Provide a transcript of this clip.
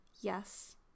Yes